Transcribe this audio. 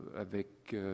avec